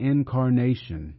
Incarnation